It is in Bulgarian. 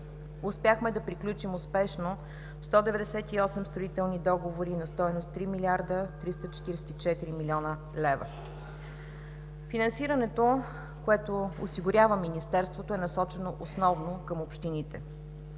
успяхме да приключим успешно 198 строителни договора на стойност 3 млрд. 344 млн. лв. Финансирането, което осигурява Министерството, е насочено основно към общините.